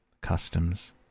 customs